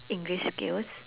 english skills